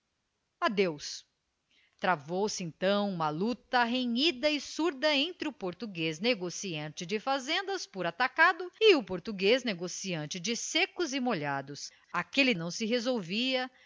adeus travou-se então uma lata renhida e surda entre o português negociante de fazendas por atacado e o português negociante de secos e molhados aquele não se resolvia